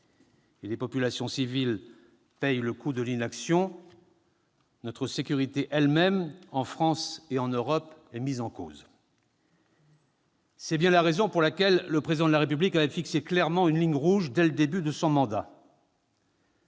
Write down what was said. Les populations civiles paient le coût de l'inaction. Notre sécurité elle-même, en France et en Europe, est mise en cause. C'est bien la raison pour laquelle le Président de la République avait fixé clairement une ligne rouge, dès le début de son mandat.